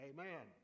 Amen